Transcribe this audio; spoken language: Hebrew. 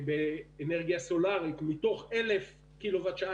אנרגיה סולארית מתוך 1,000 קילו-וואט לשעה,